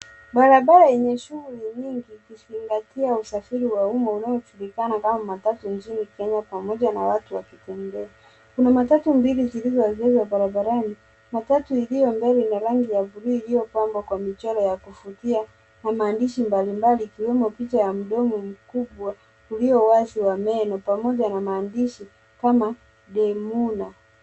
Barabara yenye shughuli nyingi ikizingatia usafiri wa umma unaojulikana kama matatu nchini Kenya pamoja na watu wakitembea. Kuna matatu mbili zilizoegeshwa barabarani, matatu iliyo mbele ina rangi ya bluu iliyopambwa kwa michoro ya kuvutia na maandishi mbalimbali ikiwemo picha ya mdomo mkubwa ulio wazi wa meno pamoja na maandishi kama Demuna .